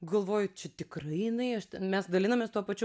galvoju čia tikrai jinai aš ten mes dalinamės tuo pačiu